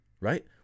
right